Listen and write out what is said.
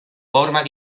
format